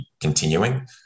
continuing